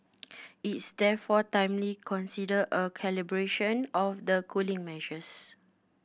it is therefore timely consider a calibration of the cooling measures